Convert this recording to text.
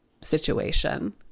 situation